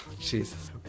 Jesus